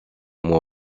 moi